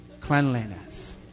cleanliness